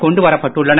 கொண்டு வரப்பட்டுள்ளன